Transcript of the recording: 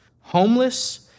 homeless